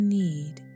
need